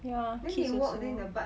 ya kids also